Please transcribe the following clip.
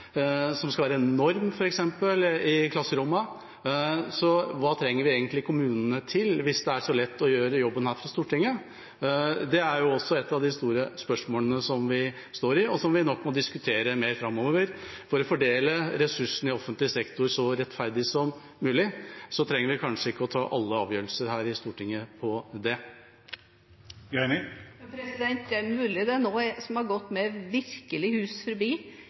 som skal være en norm i klasserommene. Hva trenger vi egentlig kommunene til, hvis det er så lett å gjøre jobben her fra Stortinget? Det er også et av de store spørsmålene som vi har, og som vi nok må diskutere mer framover. For å fordele ressursene i offentlig sektor så rettferdig som mulig trenger vi kanskje ikke å ta alle avgjørelser her i Stortinget på det. Det er mulig det er noe som har gått meg virkelig hus forbi,